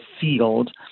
field